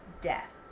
death